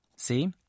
See